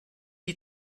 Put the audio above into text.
die